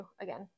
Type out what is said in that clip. again